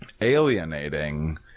Alienating